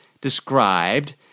described